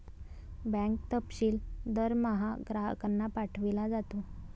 bank तपशील दरमहा ग्राहकांना पाठविला जातो